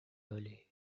early